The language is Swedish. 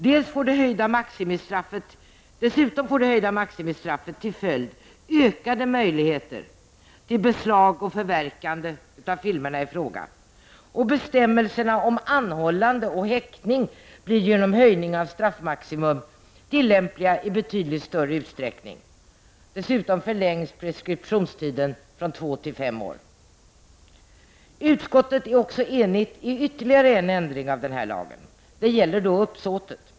Dessutom får det höjda maximistraffet till följd att det blir ökade möjligheter till beslag och förverkande av filmerna i fråga, och bestämmelserna om anhållande och häktning blir genom höjningen av straffmaximum tillämpliga i betydligt större utsträckning. Dessutom förlängs preskriptionstiden från två till fem år. Utskottet är också enigt i fråga om ytterligare en ändring av denna lag. Det gäller då uppsåtet.